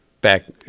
Back